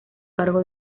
cargo